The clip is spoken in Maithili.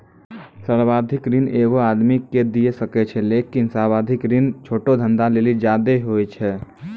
सावधिक ऋण एगो आदमी के दिये सकै छै लेकिन सावधिक ऋण छोटो धंधा लेली ज्यादे होय छै